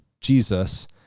Jesus